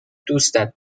دوستت